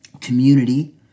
community